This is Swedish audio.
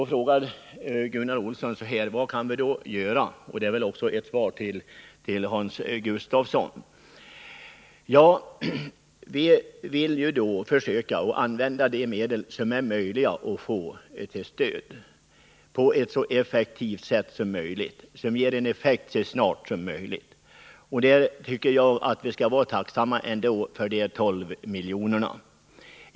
Gunnar Olsson frågade vad vi då kan göra. Det svar jag lämnar kan jag också rikta till Hans Gustafsson. Vi vill försöka använda de medel som vi kan få i stöd på ett så effektivt sätt som möjligt, på ett sätt som ger effekt så snart som möjligt. Jag tycker att vi ändå skall vara tacksamma för de 12 miljonerna.